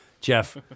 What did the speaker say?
Jeff